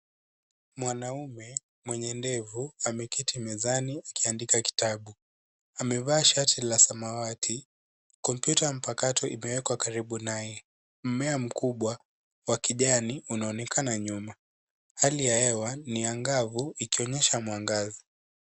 Mwanamume mwenye ndevu ameketi mezani akiandika kitabu . Amevaa shati la samawati, kompyuta mpakato imewekwa karibu naye. Mmea mkubwa wa kijani unaonekana nyuma. Hali ya hewa ni angavu ikionyesha mwangaza.